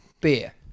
beer